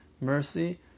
mercy